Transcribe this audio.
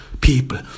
people